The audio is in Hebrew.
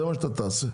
זה מה שאתה תעשה,